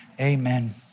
Amen